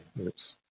Oops